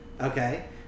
okay